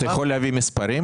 יכול להביא מספרים